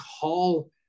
call